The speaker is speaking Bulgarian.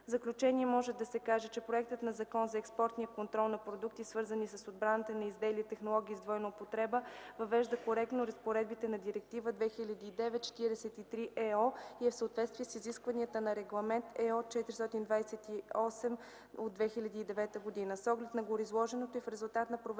заключение може да се каже, че Законопроектът за експортния контрол на продукти, свързани с отбраната, и на изделия и технологии с двойна употреба въвежда коректно разпоредбите на Директива 2009/43/ЕО и е в съответствие с изискванията на Регламент (ЕО) 428/2009.